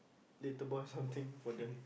little boy something for them